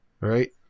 right